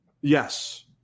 Yes